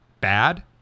bad